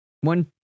one